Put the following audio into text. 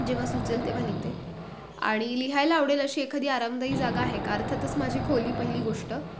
जेव्हा सुचेल तेव्हा लिहिते आणि लिहायला आवडेल अशी एखादी आरामदायी जागा आहे का अर्थातच माझी खोली पहिली गोष्ट